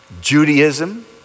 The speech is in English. Judaism